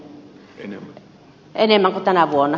enemmän kuin tänä vuonna